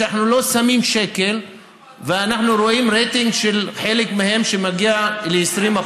שבהם אנחנו לא שמים שקל ואנחנו רואים רייטינג של חלק מהם שמגיע ל-20%.